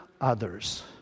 others